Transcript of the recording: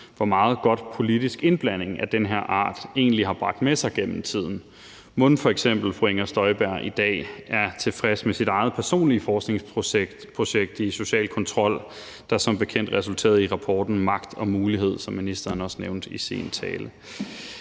hvor meget godt politisk indblanding af den her art egentlig har bragt med sig gennem tiden. Mon f.eks. fru Inger Støjberg i dag er tilfreds med sit eget personlige forskningsprojekt i social kontrol, der som bekendt resulterede i rapporten »Magt og (M)ulighed«, som ministeren også nævnte i sin tale?